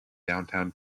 downtown